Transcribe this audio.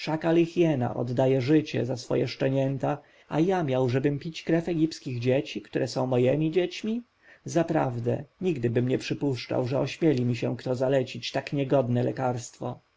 i hiena oddaje życie za swoje szczenięta a ja miałżebym pić krew egipskich dzieci które są mojemi dziećmi zaprawdę nigdybym nie przypuszczał że ośmieli mi się kto zalecić tak niegodne lekarstwo